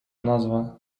назва